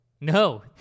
No